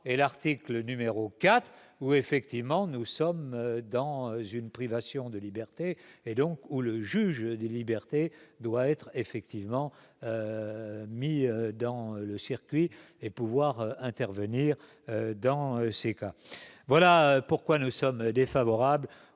et l'article numéro 4 ou effective. Maintenant, nous sommes dans une privation de liberté et donc où le juge des libertés doit être effectivement mis dans le circuit et pouvoir intervenir dans ces cas, voilà pourquoi nous sommes défavorables